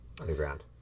underground